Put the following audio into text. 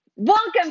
Welcome